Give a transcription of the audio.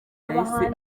yahise